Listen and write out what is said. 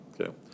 Okay